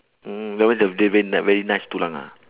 mm no more the the very ni~ very nice tulang ah